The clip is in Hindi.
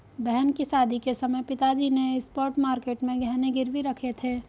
बहन की शादी के समय पिताजी ने स्पॉट मार्केट में गहने गिरवी रखे थे